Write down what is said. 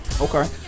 Okay